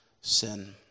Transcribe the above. sin